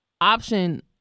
option